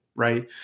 right